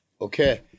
Okay